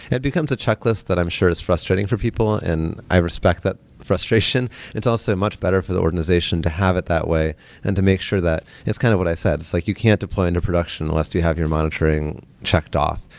it becomes a checklist that i'm sure is frustrating for people and i respect that frustration it's also much better for the organization to have it that way and to make sure that it's kind of what i said. it's like you can't deploy into production unless you have your monitoring checked off.